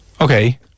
Okay